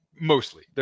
mostly